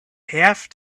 have